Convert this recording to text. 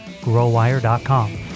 growwire.com